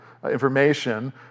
Information